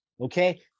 okay